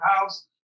house